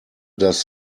das